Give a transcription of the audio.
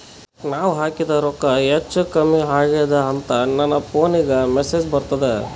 ನಾವ ಹಾಕಿದ ರೊಕ್ಕ ಹೆಚ್ಚು, ಕಮ್ಮಿ ಆಗೆದ ಅಂತ ನನ ಫೋನಿಗ ಮೆಸೇಜ್ ಬರ್ತದ?